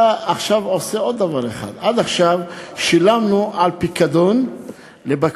אתה עכשיו עושה עוד דבר אחד: עד עכשיו שילמנו על פיקדון לבקבוקים,